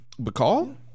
Bacall